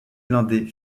blindés